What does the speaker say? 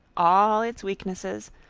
all its weaknesses,